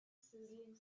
sizzling